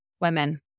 women